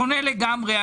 שונה לגמרי.